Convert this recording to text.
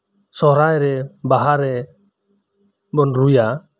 ᱥᱚᱦᱨᱟᱭ ᱨᱮ ᱵᱟᱦᱟ ᱨᱮ ᱵᱩᱱ ᱨᱩᱭᱟ